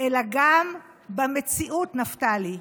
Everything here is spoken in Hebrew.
אלא גם במציאות, נפתלי.